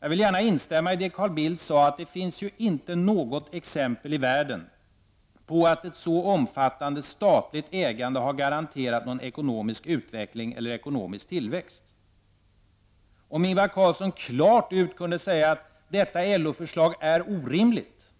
Jag vill gärna instämma i det Carl Bildt sade, nämligen att det inte finns något exempel i världen på att ett så omfattande statligt ägande har garanterat en ekonomiskt utveckling eller ekonomisk tillväxt. Kan Ingvar Carlsson klart utsäga att detta LO-förslag är orimligt?